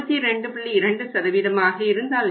2 ஆக இருந்தால் என்ன